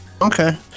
Okay